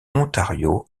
ontario